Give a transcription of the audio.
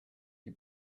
you